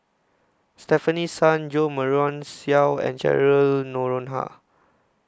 Stefanie Sun Jo Marion Seow and Cheryl Noronha